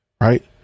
right